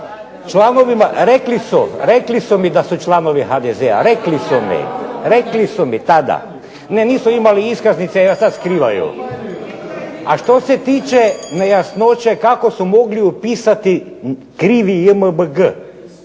Rekli su mi da su članovi HDZ-a, rekli su mi tada. Ne, nisu imali iskaznice, sad skrivaju. A što se tiče nejasnoće kako su mogli upisati krivi JMBG.